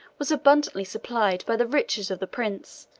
was abundantly supplied by the riches of the prince,